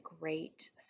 great